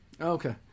okay